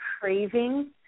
craving